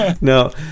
No